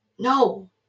No